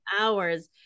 hours